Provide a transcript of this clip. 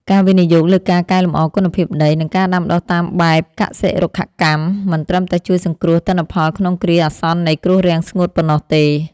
ការវិនិយោគលើការកែលម្អគុណភាពដី និងការដាំដុះតាមបែបកសិ-រុក្ខកម្ម មិនត្រឹមតែជួយសង្គ្រោះទិន្នផលក្នុងគ្រាអាសន្ននៃគ្រោះរាំងស្ងួតប៉ុណ្ណោះទេ។